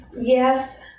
Yes